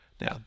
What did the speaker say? Now